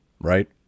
Right